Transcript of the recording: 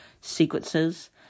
sequences